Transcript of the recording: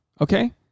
Okay